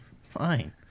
fine